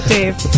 Dave